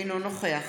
אינו נוכח